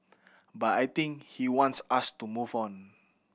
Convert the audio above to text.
but I think he wants us to move on